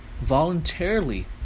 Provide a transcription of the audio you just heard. Voluntarily